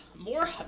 more